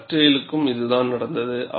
டக்டேலுக்கு இதுதான் நடந்தது